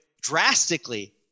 drastically